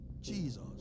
Jesus